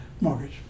mortgage